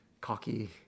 cocky